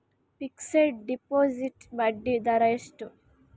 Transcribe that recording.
Fixed deposit ಬಡ್ಡಿ ದರ ಎಷ್ಟು?